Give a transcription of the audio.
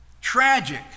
Tragic